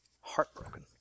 Heartbroken